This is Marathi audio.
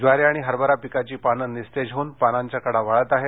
ज्वारी आणि हरबरा पिकाची पाने निस्तेज होऊन पानाच्या कडा वाळत आहेत